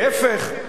להיפך.